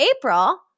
April